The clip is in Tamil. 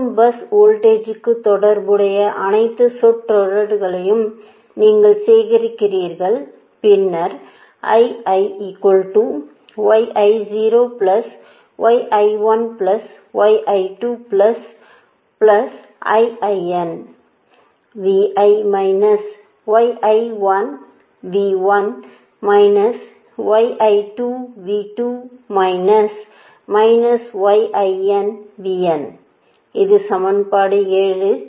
அனைத்து பஸ் வோல்டேஜ்களுக்கும் தொடர்புடைய அனைத்து சொற்றொடர்களையும் நீங்கள் சேகரிக்கிறீர்கள் பின்னர் இது சமன்பாடு 7